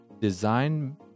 design